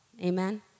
Amen